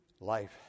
life